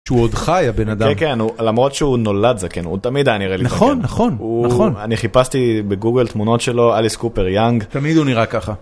הוא עוד חי הבן אדם. כן, כן, למרות שהוא נולד זקן, הוא תמיד היה נראה לי זקן. נכון נכון נכון. אני חיפשתי בגוגל תמונות שלו אליס קופר יאנג. תמיד הוא נראה ככה.